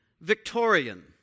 Victorian